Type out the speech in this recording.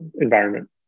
environment